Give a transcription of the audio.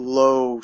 low